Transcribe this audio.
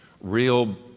real